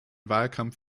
wahlkampf